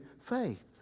faith